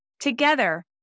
Together